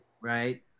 right